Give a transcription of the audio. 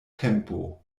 tempo